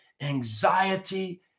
anxiety